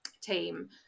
team